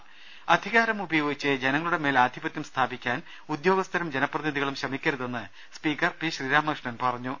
രദ്ദേഷ്ടങ അധികാരം ഉപയോഗിച്ച് ജനങ്ങളുടെ മേൽ ആധിപത്യം സ്ഥാപിക്കാൻ ഉദ്യോഗസ്ഥരും ജനപ്രതിനിധികളും ശ്രമിക്കരുതെന്ന് സ്പീക്കർ പി ശ്രീരാമകൃഷ്ണൻ പറഞ്ഞു